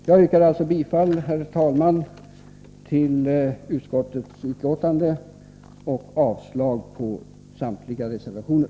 Jag yrkar, herr talman, bifall till utskottets hemställan och avslag på samtliga reservationer.